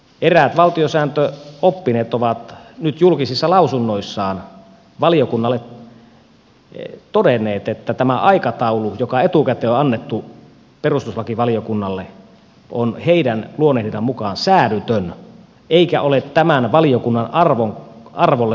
eräät valtiosääntöoppineet ovat nyt julkisissa lausunnoissaan valiokunnalle todenneet että tämä aikataulu joka etukäteen on annettu perustuslakivaliokunnalle on heidän luonnehdintansa mukaan säädytön eikä ole tämän valiokunnan arvolle sopiva